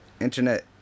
Internet